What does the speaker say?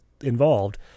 involved